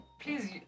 Please